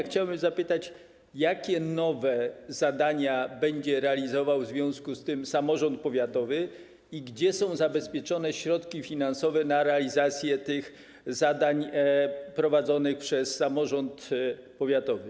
Chciałbym zapytać, jakie nowe zadania będzie realizował w związku z tym samorząd powiatowy i gdzie są zabezpieczone środki finansowe na realizację zadań prowadzonych przez samorząd powiatowy?